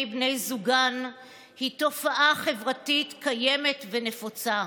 בני זוגן היא תופעה חברתית קיימת ונפוצה.